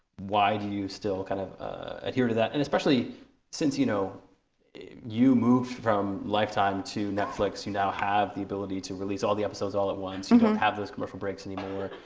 why do you still kind of adhere to that? and especially since you know you move from lifetime to netflix. you now have the ability to release all the episodes all at once. you don't kind of have those commercial breaks anymore.